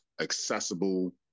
accessible